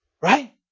Right